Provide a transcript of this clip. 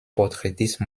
portraitiste